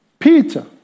Peter